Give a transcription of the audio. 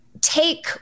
take